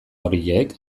horiek